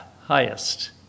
highest